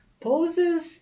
poses